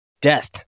death